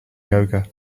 yoga